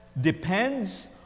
depends